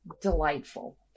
delightful